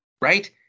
right